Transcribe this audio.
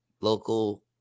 local